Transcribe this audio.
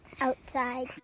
Outside